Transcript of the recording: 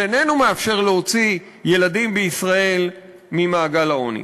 שאיננו מאפשר להוציא ילדים בישראל ממעגל העוני.